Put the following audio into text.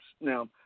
now